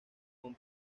con